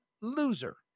loser